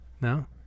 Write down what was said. No